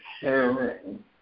sharing